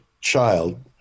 child